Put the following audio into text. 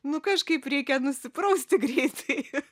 nu kažkaip reikia nusiprausti greitai